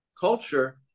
culture